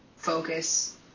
focus